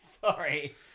sorry